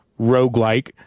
roguelike